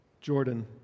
Jordan